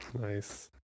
nice